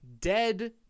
dead